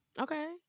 Okay